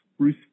Bruce